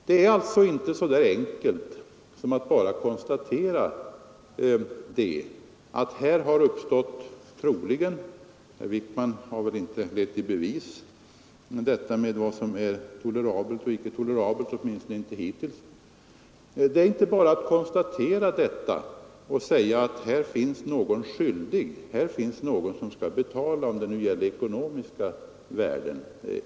Det är alltå inte så enkelt som att bara konstatera att här har troligen uppstått ett icke tolerabelt buller — herr Wijkman har väl inte lett i bevis vad som är tolerabelt och icke tolerabelt, åtminstone inte hittills — och säga att här finns någon skyldig, någon som skall betala, om det nu gäller ekonomiska värden.